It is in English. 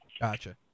Gotcha